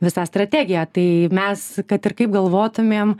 visą strategiją tai mes kad ir kaip galvotumėm